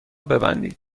ببندید